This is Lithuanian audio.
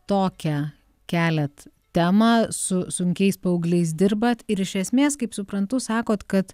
tokią keliat temą su sunkiais paaugliais dirbat ir iš esmės kaip suprantu sakot kad